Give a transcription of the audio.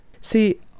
See